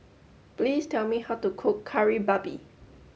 please tell me how to cook Kari Babi